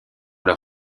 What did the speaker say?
leur